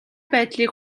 байдлыг